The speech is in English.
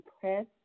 press